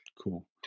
Cool